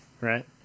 right